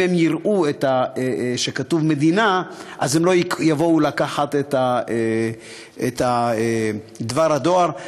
אם הם יראו שכתוב "מדינה" אז הם לא יבואו לקחת את דבר הדואר.